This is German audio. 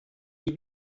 die